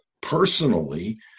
Personally